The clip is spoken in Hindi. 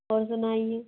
और सुनाइए